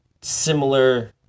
similar